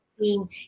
team